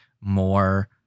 more